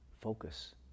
focus